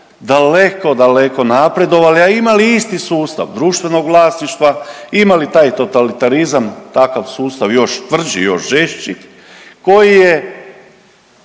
daleko, daleko napredovali a imali isti sustav društvenog vlasništva, imali taj totalitarizam, takav sustav još tvrđi, još žešći koji je